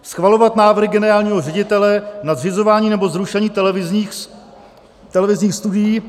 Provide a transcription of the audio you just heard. schvalovat návrhy generálního ředitele na zřizování nebo zrušení televizních studií;